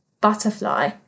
butterfly